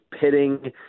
pitting